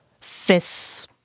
Fists